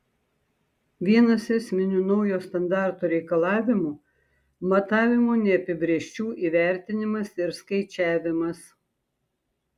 vienas esminių naujo standarto reikalavimų matavimų neapibrėžčių įvertinimas ir skaičiavimas